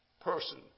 person